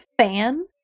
fan